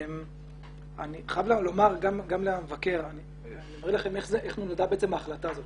אני חייב לומר גם למבקר איך נולדה ההחלטה הזאת.